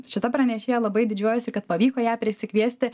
šita pranešėja labai didžiuojuosi kad pavyko ją prisikviesti